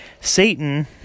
Satan